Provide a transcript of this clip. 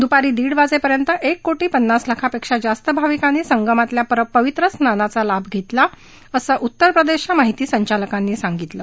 दुपारी दीड वाजेपर्यंत एक कोटी पन्नास लाखापेक्षा जास्त भविकांनी संगमातल्या पवित्र स्नानचं लाभ घेतला असं उत्तर प्रदेशच्या माहिती संचालकांनी सांगितलं